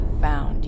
found